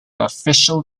official